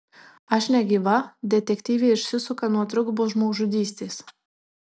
aš negyva detektyvė išsisuka nuo trigubos žmogžudystės